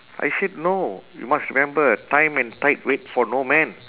I said no you must remember time and tide wait for no man